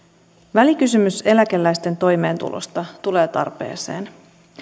välikysymys eläkeläisten toimeentulosta tulee tarpeeseen